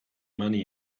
money